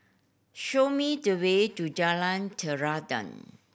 show me the way to Jalan Terentang